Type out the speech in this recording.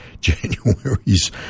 January's